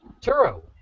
Turo